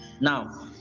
now